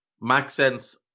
Maxence